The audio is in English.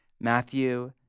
Matthew